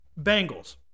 Bengals